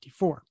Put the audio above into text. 54